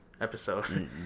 episode